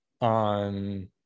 on